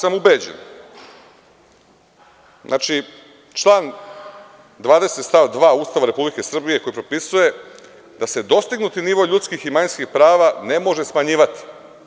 Takođe, ja sam ubeđen, član 20. stav 2. Ustava Republike Srbije koji propisuje da se dostignuti nivo ljudskih i manjinskih prava ne može smanjivati.